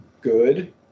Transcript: good